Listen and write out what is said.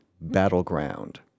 Battleground